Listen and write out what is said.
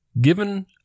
given